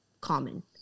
common